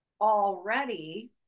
already